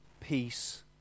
peace